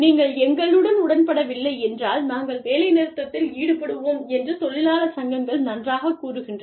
நீங்கள் எங்களுடன் உடன்படவில்லை என்றால் நாங்கள் வேலைநிறுத்தத்தில் ஈடுபடுவோம் என்று தொழிலாளர் சங்கங்கள் நன்றாகக் கூறுகின்றன